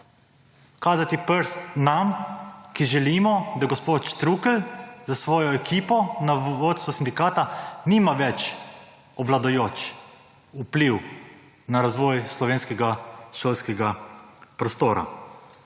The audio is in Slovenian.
kazati prst nam, ki želimo, da gospod Štrukelj s svojo ekipo na vodstvu sindikata nima več obvladujoč vpliv na razvoj slovenskega šolskega prostora.